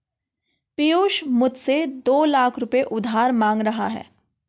पियूष मुझसे दो लाख रुपए उधार मांग रहा है